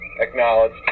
Acknowledged